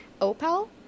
opal